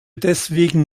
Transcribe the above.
deswegen